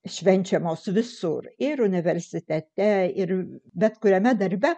švenčiamos visur ir universitete ir bet kuriame darbe